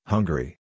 Hungary